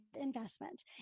investment